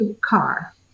car